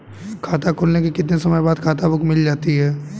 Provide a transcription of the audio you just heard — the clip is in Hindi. खाता खुलने के कितने समय बाद खाता बुक मिल जाती है?